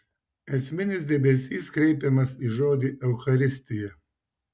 esminis dėmesys kreipiamas į žodį eucharistija